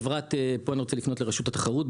ופה אני רוצה לפנות לרשות התחרות,